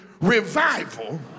revival